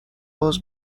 باز